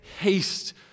haste